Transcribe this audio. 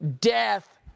death